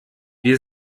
wir